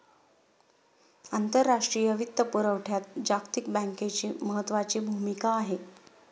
आंतरराष्ट्रीय वित्तपुरवठ्यात जागतिक बँकेची महत्त्वाची भूमिका आहे